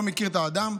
לא מכיר את האדם.